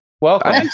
Welcome